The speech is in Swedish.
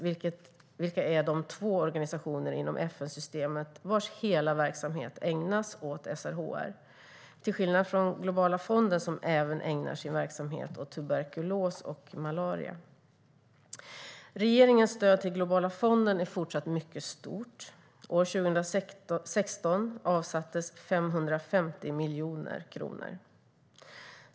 Dessa två är de organisationer inom FN-systemet vars hela verksamhet ägnas åt SRHR, till skillnad från Globala fonden som ägnar sin verksamhet även åt tuberkulos och malaria. Regeringens stöd till Globala fonden är fortsatt mycket stort. År 2016 avsattes 550 miljoner kronor.